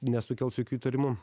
nesukels jokių įtarimų